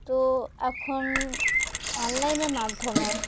তো এখন অনলাইনের মাধ্যমে